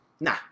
nah